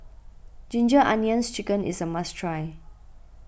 Ginger Onions Chicken is a must try